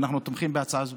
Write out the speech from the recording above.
ואנחנו תומכים בהצעה זו.